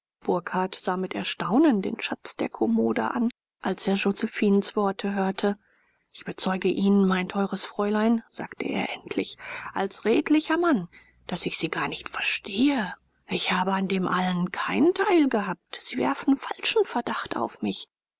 burkhardt sah mit erstaunen den schatz der kommode an als er josephinens worte hörte ich bezeuge ihnen mein teures fräulein sagte er endlich als redlicher mann daß ich sie gar nicht verstehe ich habe an dem allem keinen teil gehabt sie werfen falschen verdacht auf mich